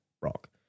rock